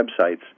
websites